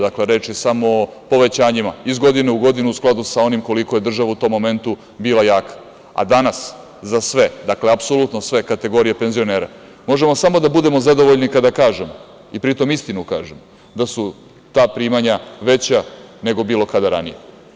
Dakle, reč je samo o povećanjima iz godine u godinu u skladu sa onim koliko je država u tom momentu bila jaka, a danas za sve kategorije penzionera možemo samo da budemo zadovoljni kada kažem, i pri tome istinu kažem, da su ta primanja veća nego bilo kada ranije.